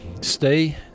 Stay